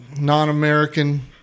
non-American